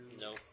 No